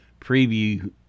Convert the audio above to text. preview